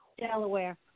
Delaware